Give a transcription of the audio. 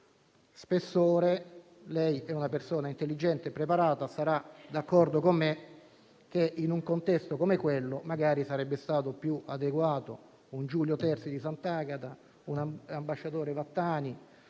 spessore. Lei è una persona intelligente e preparata e sarà d'accordo con me che, in un contesto come quello, magari sarebbe stato più adeguato un Giulio Terzi Di Sant'Agata o l'ambasciatore Vattani